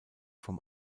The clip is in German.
vom